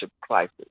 crisis